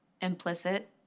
implicit